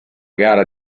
gara